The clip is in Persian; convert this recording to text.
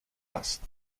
است